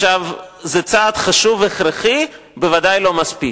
זה צעד חשוב הכרחי, ודאי לא מספיק,